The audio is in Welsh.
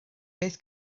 beth